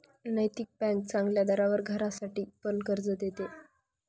नैतिक बँक चांगल्या दरावर घरासाठी पण कर्ज देते